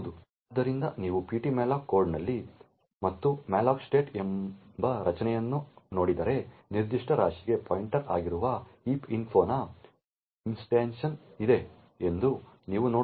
ಆದ್ದರಿಂದ ನೀವು ptmalloc ಕೋಡ್ನಲ್ಲಿ ಮತ್ತು malloc state ಎಂಬ ರಚನೆಯನ್ನು ನೋಡಿದರೆ ನಿರ್ದಿಷ್ಟ ರಾಶಿಗೆ ಪಾಯಿಂಟರ್ ಆಗಿರುವ heap info ನ ಇನ್ಸ್ಟಾಂಟಿಯೇಶನ್ ಇದೆ ಎಂದು ನೀವು ನೋಡುತ್ತೀರಿ